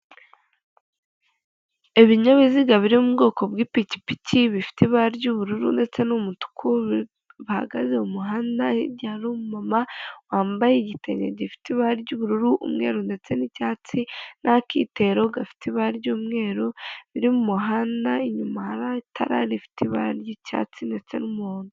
Ibinyabiziga biri mubwoko bw'ipikipiki bifite ibara ry'ubururu ndetse n'umutuku bahagaze mumuhanda igihe hari umumama wambaye igitenge gifite ibara ry'ubururu umweru ndetse n'icyatsi n'akitero gafite ibara ry'umweru biri mumuhanda inyuma hari itara rifite ibara ry'icyatsi ndetse n'umuhondo.